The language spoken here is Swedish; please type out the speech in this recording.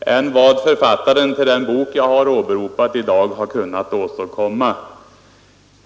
än vad författaren till den bok jag har åberopat i dag har kunnat åstadkomma.